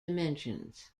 dimensions